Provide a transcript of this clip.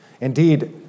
Indeed